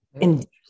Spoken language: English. interesting